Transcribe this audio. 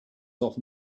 often